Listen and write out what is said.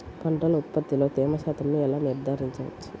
పంటల ఉత్పత్తిలో తేమ శాతంను ఎలా నిర్ధారించవచ్చు?